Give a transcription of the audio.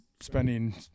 spending